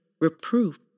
reproof